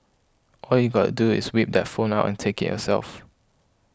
all you got to do is whip that phone out and take it yourself